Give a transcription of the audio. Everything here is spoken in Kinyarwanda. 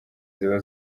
ziba